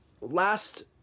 last